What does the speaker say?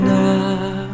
now